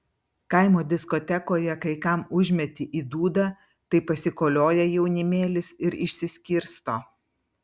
kaimo diskotekoje kai kam užmeti į dūdą tai pasikolioja jaunimėlis ir išsiskirsto